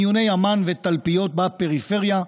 מיוני אמ"ן ותלפיות בפריפריה,